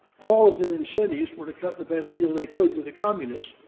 all of their incentives were to cut the best deal they could with the communists,